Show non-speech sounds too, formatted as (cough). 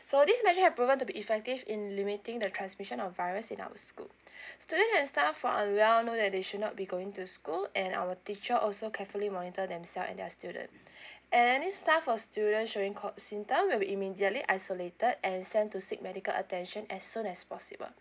so this measure have proven to be effective in limiting the transmission of virus in our school (breath) student and staff who're unwell know that they should not be going to school and our teacher also carefully monitor themselves and their student (breath) and any staff or student showing CO~ symptom will be immediately isolated and sent to seek medical attention as soon as possible